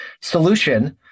solution